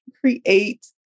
create